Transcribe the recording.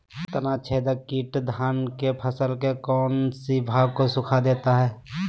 तनाछदेक किट धान की फसल के कौन सी भाग को सुखा देता है?